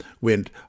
went